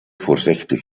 voorzichtig